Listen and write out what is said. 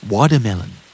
Watermelon